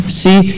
see